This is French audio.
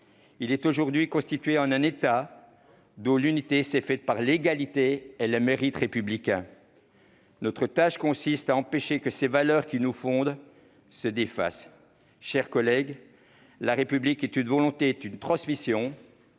est aujourd'hui constitué en un État dont l'unité s'est faite par l'égalité et par le mérite républicain. Notre tâche consiste à empêcher que se défassent les valeurs qui nous fondent. Mes chers collègues, la République est une volonté et une transmission.